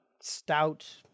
stout